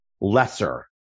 lesser